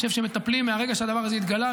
אני חושב שמטפלים מרגע שהדבר הזה התגלה.